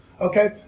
okay